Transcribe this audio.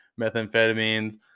methamphetamines